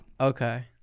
Okay